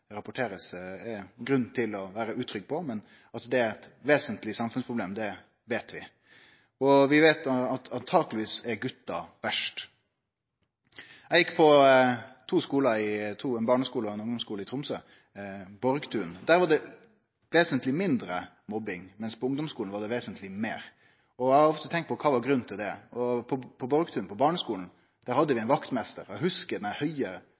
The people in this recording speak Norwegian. er det grunn til å vere utrygg på, men at det er eit vesentleg samfunnsproblem, veit vi. Vi veit at gutane truleg er verst. Eg gjekk på to skolar, ein barneskole og ein ungdomsskole i Tromsø. På Borgtun skole var det vesentleg mindre mobbing, mens på ungdomsskolen var det meir. Eg har ofte tenkt på kva som kunne vere grunnen til det. På barneskolen, på Borgtun, hadde vi ein vaktmeister. Eg hugsar den høge,